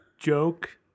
joke